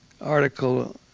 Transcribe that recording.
article